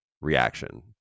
reaction